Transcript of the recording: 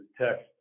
text